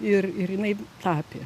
ir ir jinai tapė